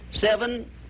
Seven